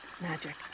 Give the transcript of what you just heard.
magic